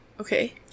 Okay